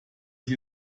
ich